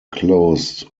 closed